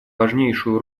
важнейшую